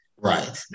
Right